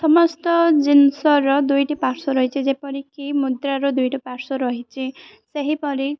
ସମସ୍ତ ଜିନିଷର ଦୁଇଟି ପାର୍ଶ୍ଵ ରହିଛି ଯେପରିକି ମୁଦ୍ରାର ଦୁଇଟି ପାର୍ଶ୍ଵ ରହିଛି ସେହିପରି